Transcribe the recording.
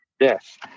Yes